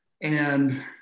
And-